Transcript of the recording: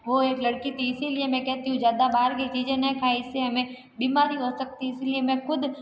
वो एक लड़की थी इसीलिए मैं कहती हूँ ज़्यादा बाहर की चीज़ें ना खाएँ इससे हमें बीमारी हो सकती है इसलिए मैं ख़ुद